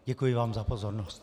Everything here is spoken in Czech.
Děkuji vám za pozornost.